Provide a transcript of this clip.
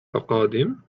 قادم